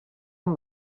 amb